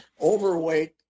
Overweight